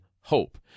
hope